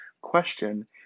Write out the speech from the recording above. question